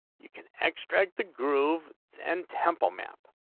you can extract the groove to end temple met